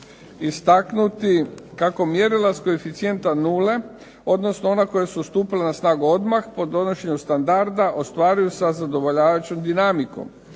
istaknuti kako mjerila s koeficijenta nule, odnosno ona koja su stupila na snagu odmah po donošenju standarda ostvaruju sa zadovoljavajućom dinamikom.